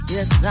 Yes